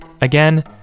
Again